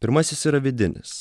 pirmasis yra vidinis